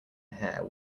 hair